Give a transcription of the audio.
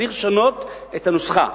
וצריך לשנות את הנוסחה.